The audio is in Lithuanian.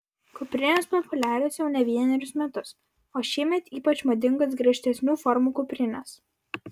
kuprinės populiarios jau ne vienerius metus o šiemet ypač madingos griežtesnių formų kuprinės